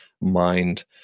mind